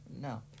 no